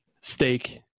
steak